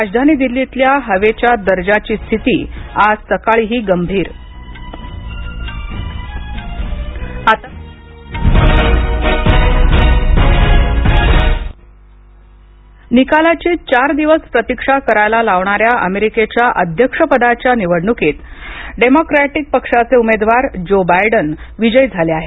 राजधानी दिल्लीतल्या हवेचा दर्जाची स्थिती आज सकाळीही गंभीर अमेरिका बायडन विजय निकालाची चार दिवस प्रतिक्षा करायला लावणाऱ्या अमेरिकेच्या अध्यक्षपदाच्या निवडणुकीत डेमोक्रॅटिक पक्षाचे उमेदवार ज्यो बायडन विजयी झाले आहेत